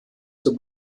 zur